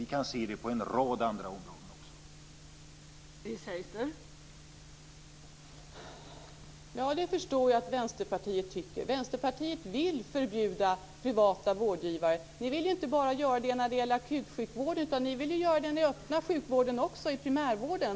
Vi kan se det på en rad andra områden också.